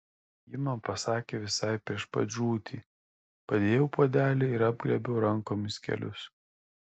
ji man pasakė visai prieš pat žūtį padėjau puodelį ir apglėbiau rankomis kelius